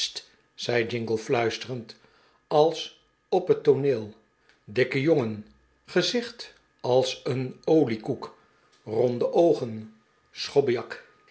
zei jingle fluisterend als op het tooneel dikke jongen gezicht als een pliekoek ronde oogen